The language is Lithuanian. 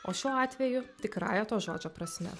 o šiuo atveju tikrąja to žodžio prasme